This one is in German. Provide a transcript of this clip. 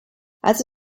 also